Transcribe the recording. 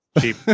cheap